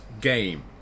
game